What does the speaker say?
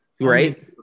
Right